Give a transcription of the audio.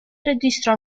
registra